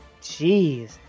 Jeez